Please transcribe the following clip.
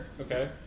Okay